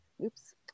Oops